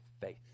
faith